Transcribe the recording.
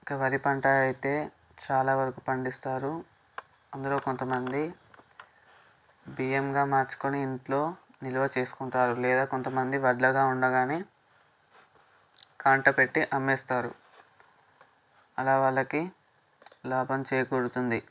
ఇంక వరి పంట అయితే చాలా వరకు పండిస్తారు అందులో కొంతమంది బియ్యంగా మార్చుకుని ఇంట్లో నిలువ చేసుకుంటారు లేదా కొంతమంది వడ్లగా ఉండగానే కాంటపెట్టి అమ్మేస్తారు అలా వాళ్ళకి లాభం చేకూరుతుంది